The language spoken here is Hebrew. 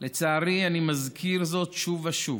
לצערי אני מזכיר זאת שוב ושוב: